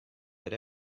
that